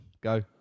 Go